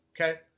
Okay